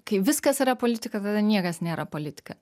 kai viskas yra politika tada niekas nėra politika